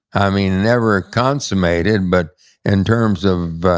i mean, never consummated but in terms of